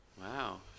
wow